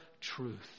truth